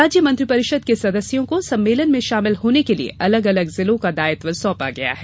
राज्य मंत्रिपरिषद के सदस्यों को सम्मेलन में शामिल होने के लिए अलग अलग जिलों का दायित्य सौंपा गया है